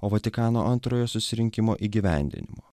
o vatikano antrojo susirinkimo įgyvendinimu